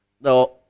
no